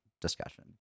discussion